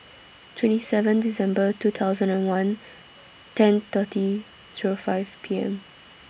twenty seven December two thousand and one ten thirty Zero five P M